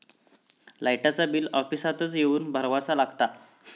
लाईटाचा बिल ऑफिसातच येवन भरुचा लागता?